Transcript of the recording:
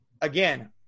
again